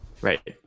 right